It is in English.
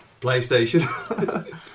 PlayStation